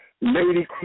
Lady